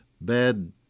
bad